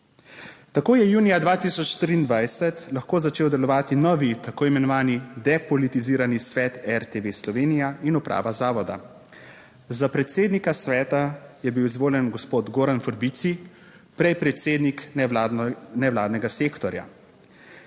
Tako je junija 2023 lahko začel delovati novi, tako imenovani depolitizirani svet RTV Slovenija in uprava zavoda. Za predsednika sveta je bil izvoljen gospod Goran Forbici, prej predsednik nevladnega sektorja.